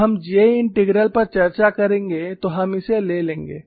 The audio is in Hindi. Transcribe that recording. जब हम J इंटीग्रल पर चर्चा करेंगे तो हम इसे ले लेंगे